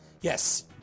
Yes